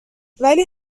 ولی